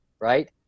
Right